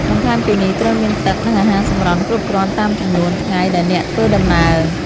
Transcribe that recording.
បន្ថែមពីនេះត្រូវមានទឹក និងអាហារសម្រន់គ្រប់គ្រាន់តាមចំនួនថ្ងៃដែលអ្នកធ្វើដំណើរ។